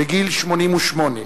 בגיל 88,